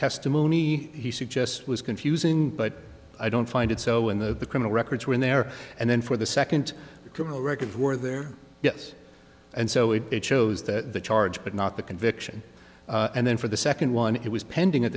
testimony he suggest was confusing but i don't find it so in the criminal records were in there and then for the second criminal record were there yes and so it shows that the charge but not the conviction and then for the second one it was pending at